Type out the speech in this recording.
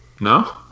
No